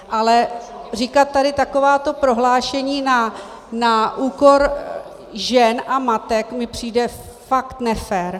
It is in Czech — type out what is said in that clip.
Ale říkat tady takováto prohlášení na úkor žen a matek mi přijde fakt nefér.